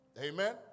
Amen